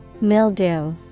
Mildew